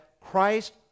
christ